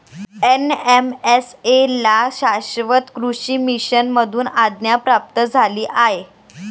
NMSA ला शाश्वत कृषी मिशन मधून आज्ञा प्राप्त झाली आहे